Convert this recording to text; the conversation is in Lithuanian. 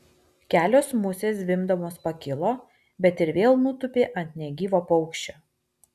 kelios musės zvimbdamos pakilo bet ir vėl nutūpė ant negyvo paukščio